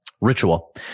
ritual